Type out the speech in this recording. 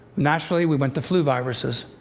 naturally we went to flu viruses.